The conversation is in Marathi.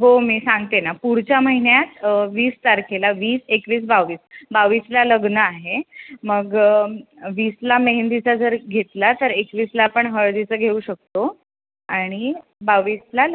हो मी सांगते ना पुढच्या महिन्यात वीस तारखेला वीस एकवीस बावीस बावीसला लग्न आहे मग वीसला मेहंदीचा जर घेतला तर एकवीसला आपण हळदीचं घेऊ शकतो आणि बावीसला